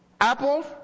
Apples